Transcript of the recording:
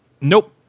Nope